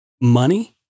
money